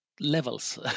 levels